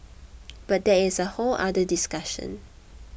but that is a whole other discussion